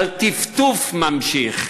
אבל טפטוף ממשיך,